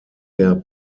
der